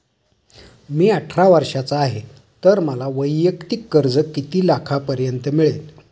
मी अठरा वर्षांचा आहे तर मला वैयक्तिक कर्ज किती लाखांपर्यंत मिळेल?